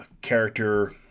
character